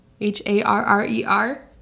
H-A-R-R-E-R